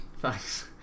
Thanks